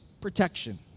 protection